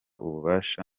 ububasha